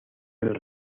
del